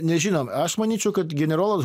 nežinom aš manyčiau kad generolas